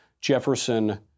Jefferson